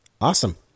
awesome